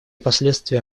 последствия